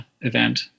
event